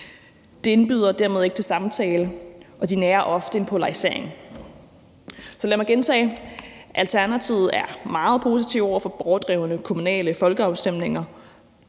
De indbyder dermed ikke til samtale, og de nærer ofte en polarisering. Så lad mig gentage: Alternativet er meget positive over for borgerdrevne kommunale folkeafstemninger,